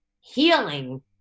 healing